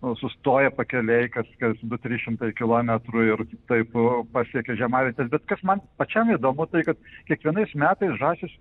nu sustoja pakelėj kas kas du trys šimtai kilometrų ir taip pasiekia žiemavietes bet kas man pačiam įdomu tai kad kiekvienais metais žąsys